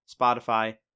Spotify